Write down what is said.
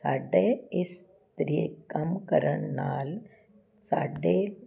ਸਾਡੇ ਇਸ ਤਰੀਕੇ ਕੰਮ ਕਰਨ ਨਾਲ ਸਾਡੇ